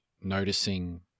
noticing